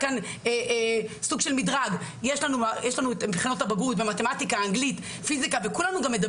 דיון ממצה זה דיון שיורד